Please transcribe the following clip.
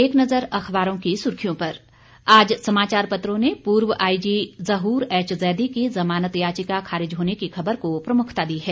एक नज़र अखबारों की सुर्खियों पर आज समाचार पत्रों ने पूर्व I G Zahoor H Zaidi की जमानत याचिका खारिज होने की खबर को प्रमुखता दी है